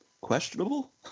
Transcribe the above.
questionable